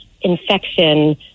infection